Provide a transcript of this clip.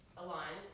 align